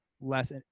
less